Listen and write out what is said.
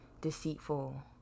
deceitful